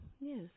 Yes